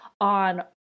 on